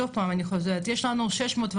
יש משהו,